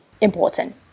important